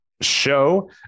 Show